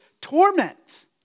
torment